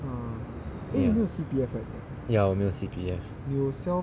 ya ya 我没有 C_P_F